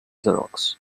xerox